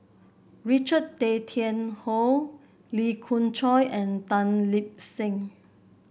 Richard Tay Tian Hoe Lee Khoon Choy and Tan Lip Seng